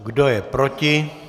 Kdo je proti?